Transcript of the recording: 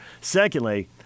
Secondly